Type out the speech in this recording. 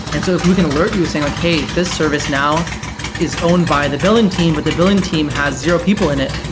and so if we can alert you with saying like, hey, this service now is owned by the billing team, but the billing team has zero people in it.